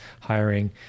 hiring